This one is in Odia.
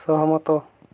ସହମତ